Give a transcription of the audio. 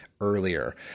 earlier